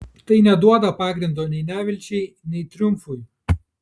tai neduoda pagrindo nei nevilčiai nei triumfui